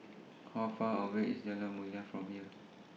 How Far away IS Jalan Mulia from here